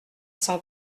cent